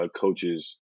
coaches